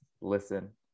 Listen